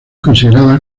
considerada